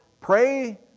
pray